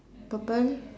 purple